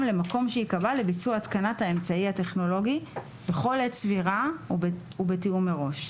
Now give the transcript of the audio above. למקום שייקבע לביצוע התקנת האמצעי הטכנולוגי בכל עת סבירה ובתיאום מראש,